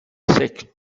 sick